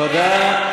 תודה.